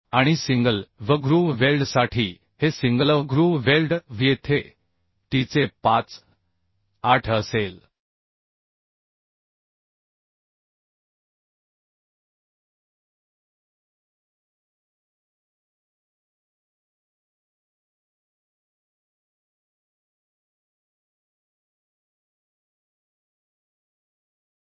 आणि single V groove वेल्डसाठी हे सिंगलV ग्रूव्ह वेल्ड V येथे tचे 58असेल